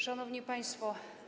Szanowni Państwo!